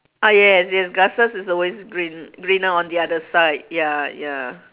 ah yes yes grasses is always green greener on the other side ya ya